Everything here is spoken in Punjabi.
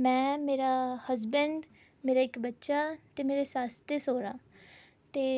ਮੈਂ ਮੇਰਾ ਹਸਬੈਂਡ ਮੇਰਾ ਇੱਕ ਬੱਚਾ ਅਤੇ ਮੇਰੇ ਸੱਸ ਅਤੇ ਸੋਹਰਾ ਅਤੇ